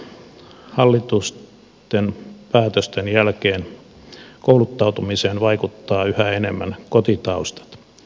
hallituksen päätösten jälkeen kouluttautumiseen vaikuttavat yhä enemmän kotitaustat